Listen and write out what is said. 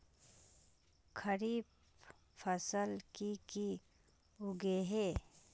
खरीफ फसल की की उगैहे?